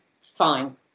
fine